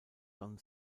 don